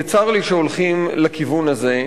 וצר לי שהולכים לכיוון הזה.